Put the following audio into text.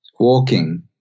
walking